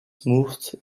moved